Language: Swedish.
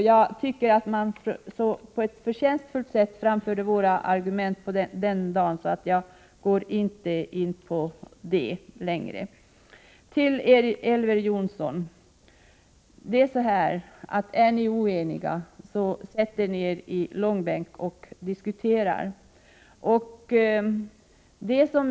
Jag tycker att våra argument då framfördes på ett så förtjänstfullt sätt att jag inte närmare går in på den frågan. Till Elver Jonsson vill jag säga att ni när ni är oeniga sätter er ner och drar frågorna i långbänk.